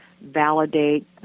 validate